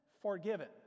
forgiven